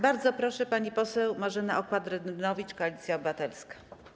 Bardzo proszę, pani poseł Marzena Okła-Drewnowicz, Koalicja Obywatelska.